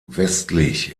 westlich